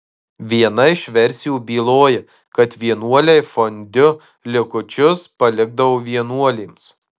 viena iš versijų byloja kad vienuoliai fondiu likučius palikdavo vienuolėms